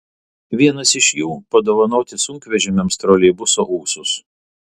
vienas iš jų padovanoti sunkvežimiams troleibuso ūsus